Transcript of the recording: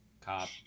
cop